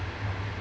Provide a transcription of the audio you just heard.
ya